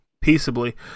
peaceably